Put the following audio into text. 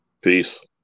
peace